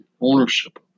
ownership